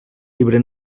llibre